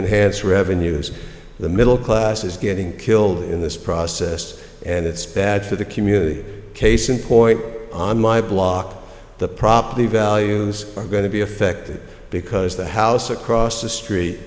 enhance revenues the middle class is getting killed in this process and it's bad for the community case in point on my block the property values are going to be affected because the house across the street